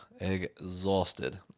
exhausted